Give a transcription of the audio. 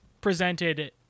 presented